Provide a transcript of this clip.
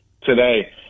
today